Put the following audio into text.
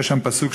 יש שם פסוק,